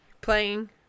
playing